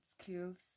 skills